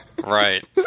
Right